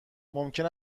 ممکن